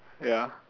ya